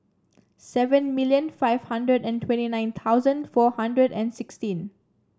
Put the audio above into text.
seven million five hundred and twenty nine thousand four hundred and sixteen